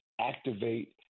activate